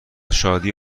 شادی